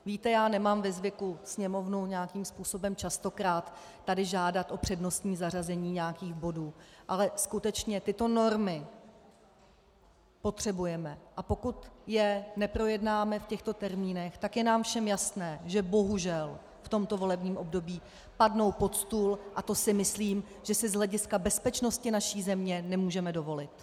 Víte, já nemám ve zvyku Sněmovnu častokrát tady žádat o přednostní zařazení nějakých bodů, ale skutečně tyto normy potřebujeme, a pokud je neprojednáme v těchto termínech, tak je nám všem jasné, že bohužel v tomto volebním období padnou pod stůl a to si myslím, že si z hlediska bezpečnosti naší země nemůžeme dovolit.